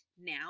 now